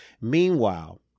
Meanwhile